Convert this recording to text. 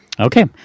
Okay